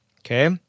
okay